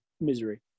misery